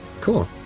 Cool